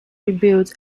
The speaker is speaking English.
rebuilt